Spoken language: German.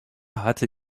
hatte